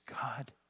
God